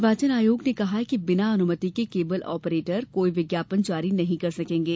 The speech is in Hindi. निर्वाचन आयोग ने कहा है कि बिना अनुमति के केबल आपरेटर कोई विज्ञापन जारी नहीं कर सकेंगे